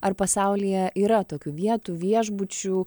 ar pasaulyje yra tokių vietų viešbučių